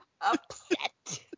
upset